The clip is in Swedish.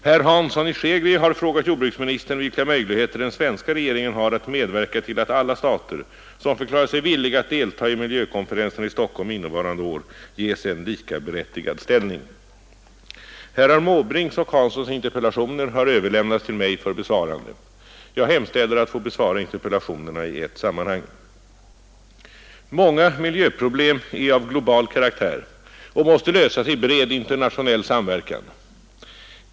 Herr Hansson i Skegrie har frågat jordbruksministern vilka möjligheter den svenska regeringen har att medverka till att alla stater, som förklarar sig villiga att deltaga i miljökonferensen i Stockholm innevarande år, ges en likaberättigad ställning. Herr Måbrinks och herr Hanssons interpellationer har överlämnats till mig för besvarande. Jag hemställer att få besvara dessa interpellationer i ett sammanhang. Många miljöproblem är av global karaktär och måste lösas i bred internationell samverkan.